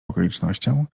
okolicznościom